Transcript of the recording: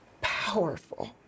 powerful